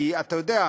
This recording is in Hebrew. כי אתה יודע,